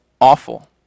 awful